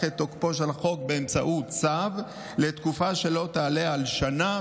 את תוקפו של החוק באמצעות צו לתקופה שלא תעלה על שנה,